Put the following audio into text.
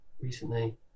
recently